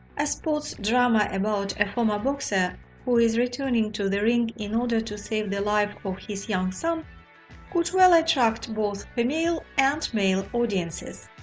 a sports drama about a former boxer who is returning to the ring in order to save the life of his young son could well attract both male and female audiences.